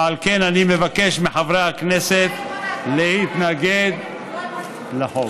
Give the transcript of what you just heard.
ועל כן אני מבקש מחברי הכנסת להתנגד לה.